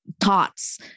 thoughts